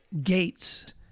gates